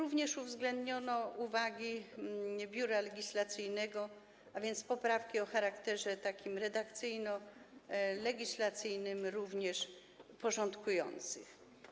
Uwzględniono także uwagi Biura Legislacyjnego, a więc poprawki o charakterze redakcyjno-legislacyjnym, również porządkujące.